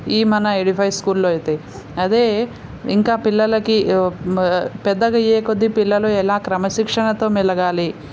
ఈ మన ఎడిఫై స్కూల్లో అయితే అదే ఇంకా పిల్లలకి పెద్ద అయ్యే కొద్ది పిల్లలు ఎలా క్రమశిక్షణతో మెలగాలి